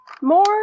more